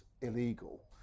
illegal